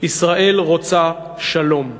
ישראל רוצה שלום.